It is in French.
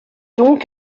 donc